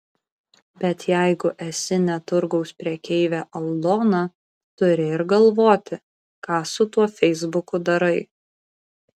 bet jeigu esi ne turgaus prekeivė aldona turi ir galvoti ką su tuo feisbuku darai